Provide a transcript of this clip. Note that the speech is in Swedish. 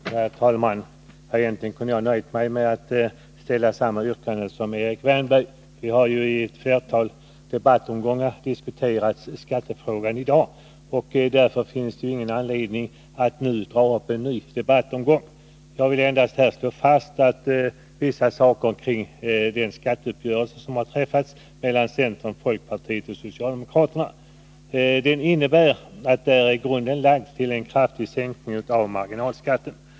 Herr talman! Egentligen kunde jag ha nöjt mig med att ställa samma yrkande som Erik Wärnberg. Skattefrågan har diskuterats i flera debattomgångar i dag, och därför finns det ingen anledning att nu dra upp en ny debattomgång. Jag vill här endast slå fast vissa saker kring den skatteuppgörelse som träffats mellan centern, folkpartiet och socialdemokraterna. Den innebär att grunden är lagd till en kraftig sänkning av marginalskatten.